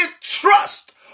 trust